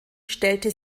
stellte